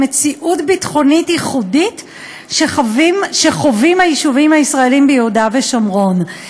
מציאות ביטחונית ייחודית שחווים היישובים הישראליים ביהודה ושומרון.